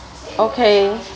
okay